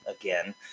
again